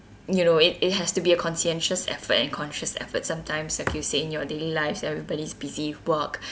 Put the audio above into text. you know it it has to be a conscientious effort and conscious effort sometimes like you say in your daily lives everybody is busy with work